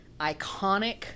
iconic